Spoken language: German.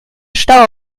stau